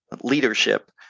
leadership